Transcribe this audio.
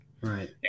Right